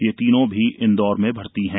ये तीनों भी इंदौर में भर्ती हैं